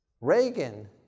Reagan